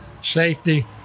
safety